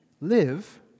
live